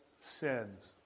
sins